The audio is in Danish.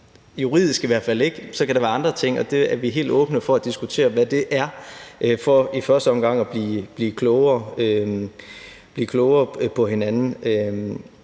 er der i hvert fald ikke. Så kan der være andre ting, og vi er helt åbne for at diskutere, hvad det er, for i første omgang at blive klogere på hinanden.